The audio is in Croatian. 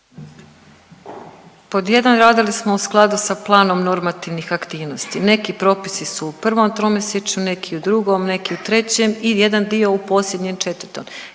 Pod 1, radili smo u skladu sa planom normativnih aktivnosti, neki propisi su u prvom tromjesečju, neki u drugom, neki u trećem i jedan dio u posljednjom, četvrtom.